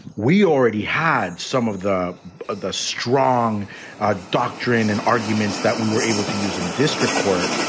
we already had some of the ah the strong doctrine and arguments that we were able to use in district court.